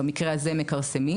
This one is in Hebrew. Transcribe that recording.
במקרה הזה מכרסמים.